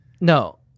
No